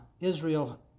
Israel